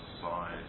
size